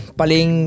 paling